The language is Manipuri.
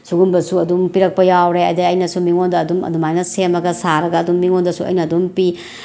ꯁꯤꯒꯨꯝꯕꯁꯨ ꯑꯗꯨꯝ ꯄꯤꯔꯛꯄ ꯌꯥꯎꯔꯦ ꯑꯗꯩ ꯑꯩꯅꯁꯨ ꯃꯤꯉꯣꯟꯗ ꯑꯗꯨꯝ ꯑꯗꯨꯃꯥꯏꯅ ꯁꯦꯝꯃꯒ ꯁꯥꯔꯒ ꯑꯗꯨꯝ ꯃꯤꯉꯣꯟꯗ ꯑꯩꯅ ꯑꯗꯨꯝ ꯄꯤ